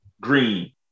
Green